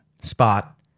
spot